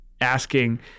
asking